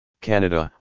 Canada